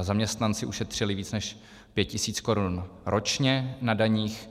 zaměstnanci ušetřili víc než 5 tisíc korun ročně na daních.